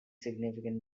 significant